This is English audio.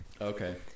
Okay